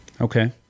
Okay